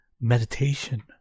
meditation